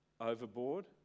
overboard